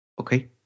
okay